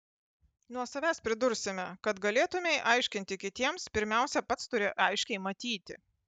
nuo savęs pridursime kad galėtumei aiškinti kitiems pirmiausia pats turi aiškiai matyti